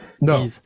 no